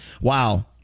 Wow